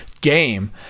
game